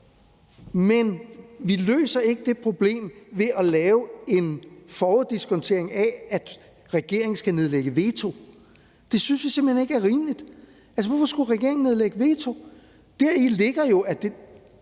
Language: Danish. men vi løser ikke det problem ved at lave en foruddiskontering af, at regeringen skal nedlægge veto. Det synes vi simpelt hen ikke er rimeligt. Altså, hvorfor skulle regeringen nedlægge veto? Deri ligger jo, at det